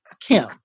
Kim